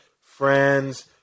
friends